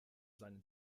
seinen